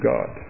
God